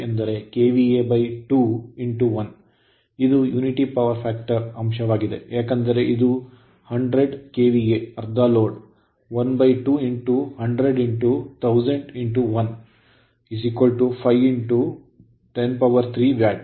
ಇದು unity power factor ಅಂಶವಾಗಿದೆ ಏಕೆಂದರೆ ಇದು 100 KVA ಅರ್ಧ ಲೋಡ್ 12 100 1000 1 50 103 ವ್ಯಾಟ್